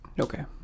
Okay